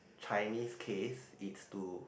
Chinese case is to